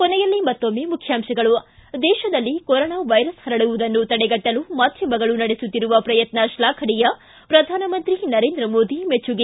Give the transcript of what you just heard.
ಕೊನೆಯಲ್ಲಿ ಮತ್ತೊಮ್ಮೆ ಮುಖ್ಯಾಂಶಗಳು ಿ ದೇಶದಲ್ಲಿ ಕೊರೋನಾ ವೈರಸ್ ಹರಡುವುದನ್ನು ತಡೆಗಟ್ಟಲು ಮಾಧ್ವಮಗಳು ನಡೆಸುತ್ತಿರುವ ಪ್ರಯತ್ನ ಶ್ಲಾಫನೀಯ ಪ್ರಧಾನಮಂತ್ರಿ ನರೇಂದ್ರ ಮೋದಿ ಮೆಚ್ಚುಗೆ